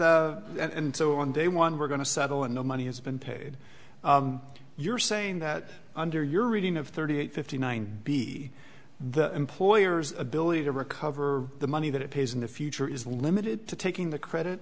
of and so on day one we're going to settle and no money has been paid you're saying that under your reading of thirty eight fifty nine b the employer's ability to recover the money that it pays in the future is limited to taking the credit